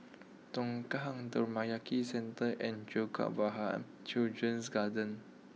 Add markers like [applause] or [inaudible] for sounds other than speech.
Tongkang [unintelligible] Centre and Jacob [unintelligible] Children's Garden